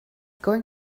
going